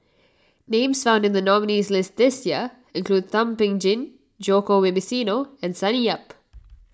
names found in the nominees' list this year include Thum Ping Tjin Djoko Wibisono and Sonny Yap